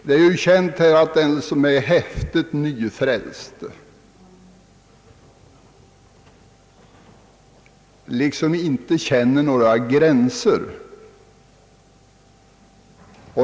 Det är ju känt att den som är häftigt nyfrälst liksom inte känner några gränser.